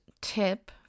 tip